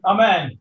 Amen